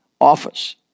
office